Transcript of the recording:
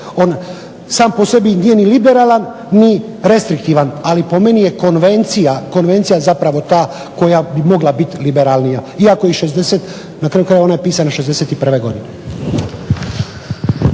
sam po sebi nije ni restriktivan. Ali po meni je Konvencija zapravo ta koja bi mogla bit liberalnija iako i šezdeset, na kraju krajeva ona je pisana '61. godine.